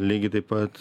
lygiai taip pat